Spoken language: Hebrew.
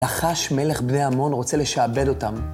נחש מלך בני עמון רוצה לשעבד אותם.